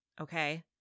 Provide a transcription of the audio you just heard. okay